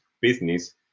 business